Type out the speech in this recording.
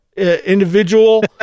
individual